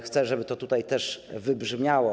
Chcę, żeby to tutaj też wybrzmiało.